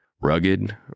Rugged